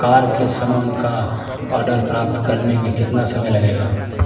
car के सामान का आर्डर प्राप्त करने में कितना समय लगेगा